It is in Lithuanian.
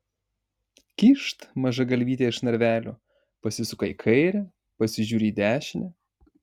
kyšt maža galvytė iš narvelio pasisuka į kairę pasižiūri į dešinę